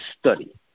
study